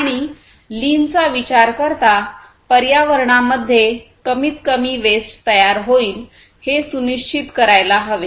आणि लीनचा विचार करतापर्यावरणामध्ये कमीत कमी वेस्ट तयार होईल हे सुनिश्चित करायला हवे